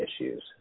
issues